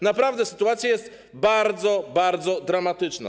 Naprawdę sytuacja jest bardzo, bardzo dramatyczna.